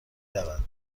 رود